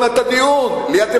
ואני רואה את הדיון שיהיה עוד מעט,